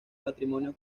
patrimonio